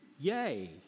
yay